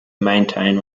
maintain